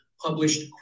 published